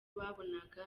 babonaga